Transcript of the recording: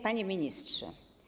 Panie Ministrze!